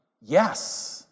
yes